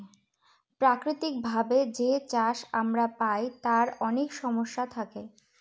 প্রাকৃতিক ভাবে যে চাষ আমরা পায় তার অনেক সমস্যা থাকে